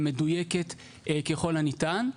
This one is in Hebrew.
ומדויקת ככל הניתן.